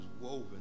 woven